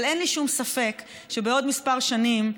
אבל אין לי שום ספק שבעוד כמה שנים,